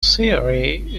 theory